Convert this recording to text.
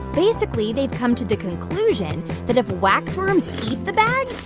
basically, they've come to the conclusion that if wax worms eat the bags,